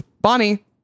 Bonnie